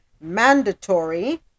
mandatory